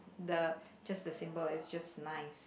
the just the symbol is just nice